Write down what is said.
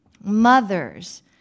mothers